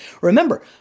Remember